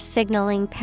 Signaling